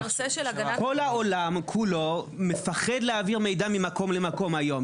כל העולם כולו מפחד להעביר מידע ממקום למקום היום.